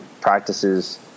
practices